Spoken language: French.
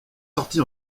sortie